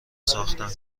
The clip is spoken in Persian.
ساختن